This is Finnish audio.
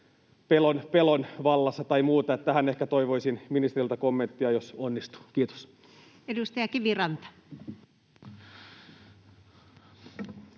pelon vallassa tai muuta. Tähän ehkä toivoisin ministeriltä kommenttia, jos onnistuu. — Kiitos. [Speech 255]